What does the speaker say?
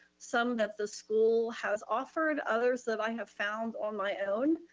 some that the school has offered others that i have found on my own,